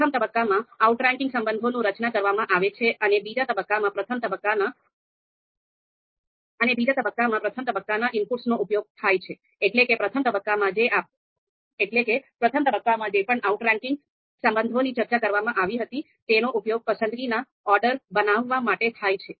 પ્રથમ તબક્કામાં આઉટરેન્કિંગ સંબંધોનું રચના કરવામાં આવે છે અને બીજા તબક્કામાં પ્રથમ તબક્કાના આઉટપુટનો ઉપયોગ થાય છે એટલે કે પ્રથમ તબક્કામાં જે પણ આઉટરાંકિંગ સંબંધોની ચર્ચા કરવામાં આવી હતી તેનો ઉપયોગ પસંદગીના ઓર્ડર બનાવવા માટે થાય છે